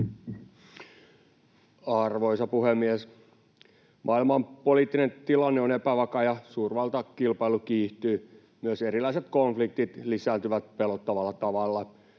Arvoisa puhemies! Maailman poliittinen tilanne on epävakaa ja suurvaltakilpailu kiihtyy, myös erilaiset konfliktit lisääntyvät pelottavalla tavalla.